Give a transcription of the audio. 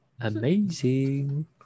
amazing